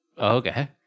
Okay